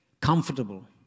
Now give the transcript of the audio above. Comfortable